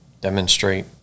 demonstrate